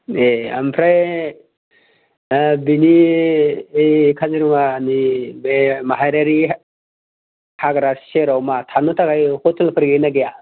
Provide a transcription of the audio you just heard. ए ओमफ्राय बिनि ओइ काजिरङानि बे माहारियारि हाग्रा सेराव मा थानो थाखाय ह'टेलफोर गैगोनना गैया